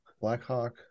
Blackhawk